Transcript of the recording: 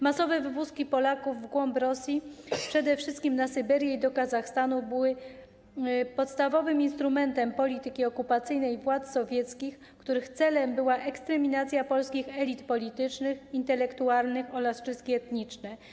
Masowe wywózki Polaków w głąb Rosji, przede wszystkim na Syberię i do Kazachstanu, były podstawowym instrumentem polityki okupacyjnej władz sowieckich, których celem była eksterminacja polskich elit politycznych, intelektualnych oraz czystki etniczne.